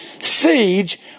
siege